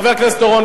חבר הכנסת אורון,